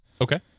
Okay